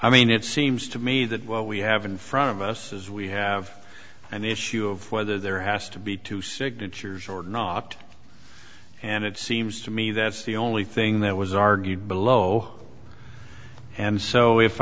i mean it seems to me that what we have in front of us is we have an issue of whether there has to be two signatures or not and it seems to me that's the only thing that was argued below and so if